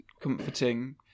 comforting